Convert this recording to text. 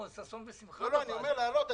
אני בעד להעלות,